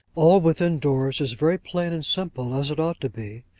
all within-doors is very plain and simple, as it ought to be,